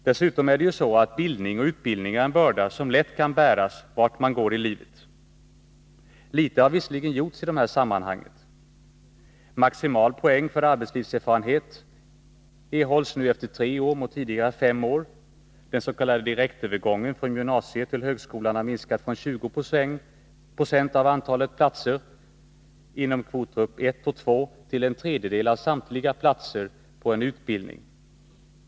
Dessutom är det ju så att bildning och utbildning är bördor som lätt kan bäras, vart man än går i livet. Litet har för all del gjorts. Maximal poäng för arbetslivserfarenhet erhålls nu efter tre år mot tidigare efter fem år. Den s.k. direktövergången från gymnasieskolan till högskolan har ökat från 20 96 av antalet platser inom kvotgrupp 1 och 2 till en tredjedel av samtliga platser på en utbildning.